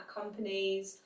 companies